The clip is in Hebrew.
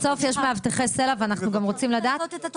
לא מסכימה איתך.